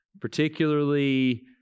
particularly